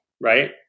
right